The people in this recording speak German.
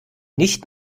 nicht